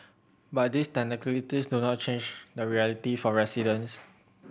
but these technicalities do not change the reality for residents